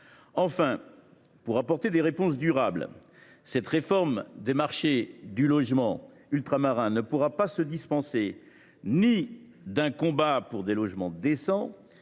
Enfin, pour apporter des réponses durables, cette réforme des marchés du logement ultramarin ne pourra se dispenser ni d’un combat pour des logements décents